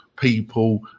people